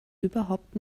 überhaupt